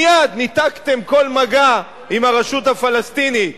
מייד ניתקתם כל מגע עם הרשות הפלסטינית.